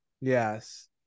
Yes